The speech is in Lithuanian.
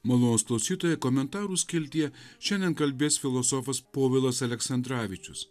malonūs klausytojų komentarų skiltyje šiandien kalbės filosofas povilas aleksandravičius